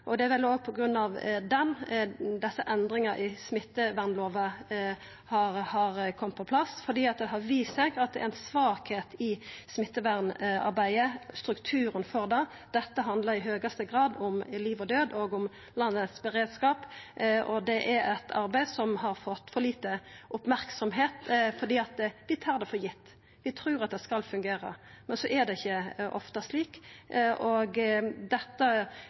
Det er vel på grunn av denne at desse endringane i smittevernlova har kome på plass, for det har vist seg at det er ei svakheit i smittevernarbeidet – strukturen for det. Dette handlar i høgste grad om liv og død og om landets beredskap, og det er eit arbeid som har fått for lite merksemd fordi ein tar det for gitt – ein trur det skal fungera, men så er det ofte ikkje slik. Dette utfordrar helsetenesta i kommunane og på sjukehus til det yttarste. Viss ikkje dette